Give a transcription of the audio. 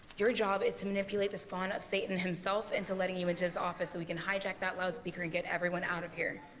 your job is to manipulate the spawn of satan himself into letting you into his office so we can hijack that loudspeaker and get everyone out of here.